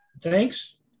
Thanks